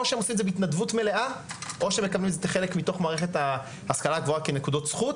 או שהם עושים את זה בהתנדבות מלאה או שהם מקבלים את זה כנקודות זכות